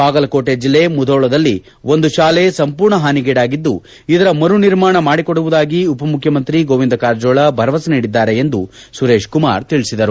ಬಾಗಲಕೋಟೆ ಜಿಲ್ಲೆ ಮುಧೋಳದಲ್ಲಿ ಒಂದು ಶಾಲೆ ಸಂಪೂರ್ಣ ಹಾನಿಗೀಡಾಗಿದ್ದು ಇದರ ಮರು ನಿರ್ಮಾಣ ಮಾಡಿಕೊಡುವುದಾಗಿ ಉಪಮುಖ್ಯಮಂತ್ರಿ ಗೋವಿಂದ ಕಾರಜೋಳ ಭರವಸೆ ನೀಡಿದ್ದಾರೆ ಎಂದು ಸುರೇಶ್ ಕುಮಾರ್ ತಿಳಿಸಿದರು